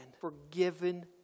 forgiven